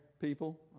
people